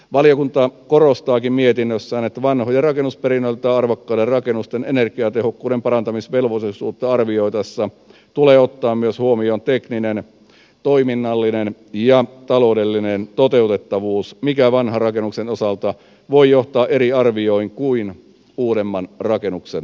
valiokunta korostaakin mietinnössään että vanhojen rakennusperinnöltään arvokkaiden rakennusten energiatehokkuuden parantamisvelvollisuutta arvioitaessa tulee ottaa huomioon myös tekninen toiminnallinen ja taloudellinen toteutettavuus mikä vanhan rakennuksen osalta voi johtaa eri arvioihin kuin uudemman rakennuksen osalta